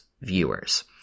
viewers